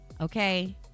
okay